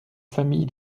famille